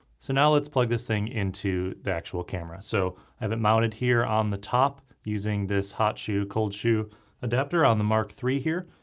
so now let's plug this thing into the actual camera. so i have it mounted here on the top, using this hot shoe, cold shoe adapter on the mark iii here.